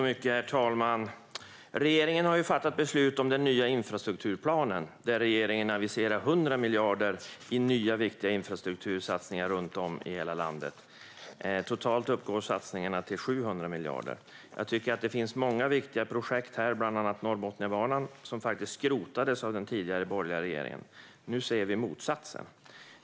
Herr talman! Regeringen har fattat beslut om den nya infrastrukturplanen, där man aviserar 100 miljarder i nya, viktiga infrastruktursatsningar runt om i hela landet. Totalt uppgår satsningarna till 700 miljarder. Jag tycker att det finns många viktiga projekt här, bland annat Norrbotniabanan, som faktiskt skrotades av den tidigare borgerliga regeringen. Nu ser vi motsatsen.